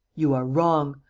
you are wrong.